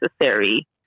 necessary